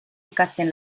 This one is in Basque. ikasten